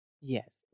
Yes